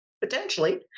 potentially